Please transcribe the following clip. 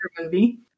movie